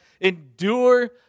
endure